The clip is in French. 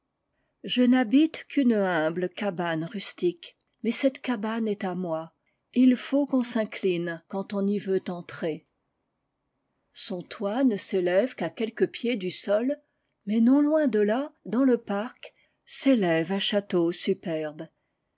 rustique mais cette cabane est à moi et il faut qu'on s'incline quand on y veut entrer son toit ne s'élève qu à quelques pieds du sol mais non loin de là dans le parc s'élève un château superbe